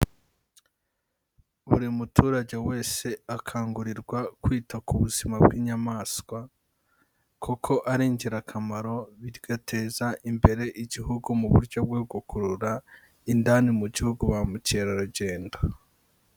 Buri muturage wese akangurirwa kwita ku buzima bw'inyamaswa, kuko ari ingirakamaro bigateza imbere igihugu mu buryo bwo gukurura indani mu gihugu ba mukerarugendo.